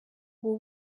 ubu